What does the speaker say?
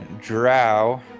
drow